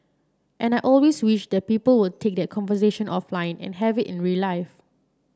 and I always wish that people would take that conversation offline and have it in real life